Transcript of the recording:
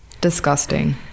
Disgusting